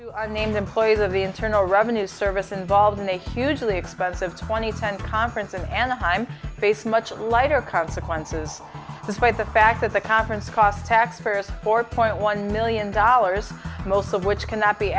i named employees of the internal revenue service involved in a hugely expensive twenty ten conference in anaheim face much lighter consequences this by the fact that the conference cost taxpayers four point one million dollars most of which cannot be